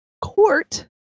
court